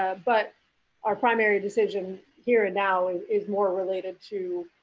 ah but our primary decision here and now and is more related to